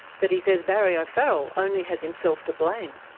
but he says barry o'farrell only has himself to blame.